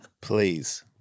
Please